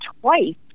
twice